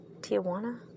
Tijuana